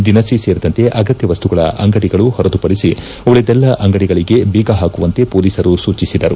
ದಿನಸಿ ಸೇರಿದಂತೆ ಅಗತ್ಯ ವಸ್ತುಗಳ ಅಂಗಡಿಗಳು ಹೊರತುಪಡಿಸಿ ಉಳಿದೆಲ್ಲ ಅಂಗಡಿಗಳಿಗೆ ಬೀಗ ಹಾಕುವಂತೆ ಮೊಲೀಸರು ಸೂಚಿಸಿದರು